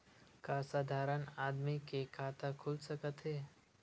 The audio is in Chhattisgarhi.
का साधारण आदमी के खाता खुल सकत हे?